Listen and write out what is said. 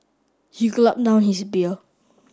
he gulped down his beer